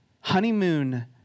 honeymoon